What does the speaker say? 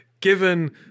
given